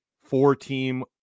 four-team